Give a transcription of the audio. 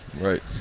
Right